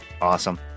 awesome